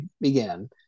began